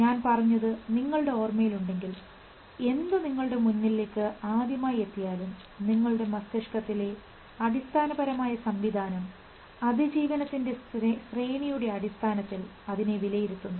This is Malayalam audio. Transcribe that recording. ഞാൻ പറഞ്ഞതും നിങ്ങളുടെ ഓർമ്മയിൽ ഉണ്ടെങ്കിൽ എന്തു നിങ്ങളുടെ മുന്നിലേക്ക് ആദ്യമായി എത്തിയാലും നിങ്ങളുടെ മസ്തിഷ്കത്തിലെ അടിസ്ഥാനപരമായ സംവിധാനം അതിജീവനത്തിൻറെ ശ്രേണിയുടെ അടിസ്ഥാനത്തിൽ അതിനെ വിലയിരുത്തുന്നു